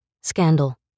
Scandal